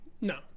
No